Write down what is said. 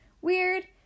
Weird